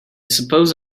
suppose